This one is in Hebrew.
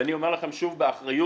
ואני אומר לכם שוב באחריות,